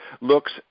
looks